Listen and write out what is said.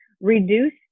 reduce